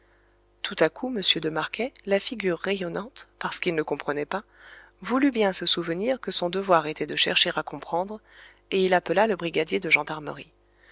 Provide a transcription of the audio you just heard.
tout à coup m de marquet la figure rayonnante parce qu'il ne comprenait pas se souvint que son devoir était de chercher à comprendre et il appela le brigadier de gendarmerie